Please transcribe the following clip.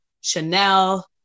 Chanel